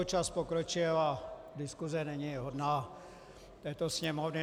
Čas pokročil a diskuse není hodná této Sněmovny.